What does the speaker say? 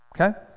okay